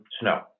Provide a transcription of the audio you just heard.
snow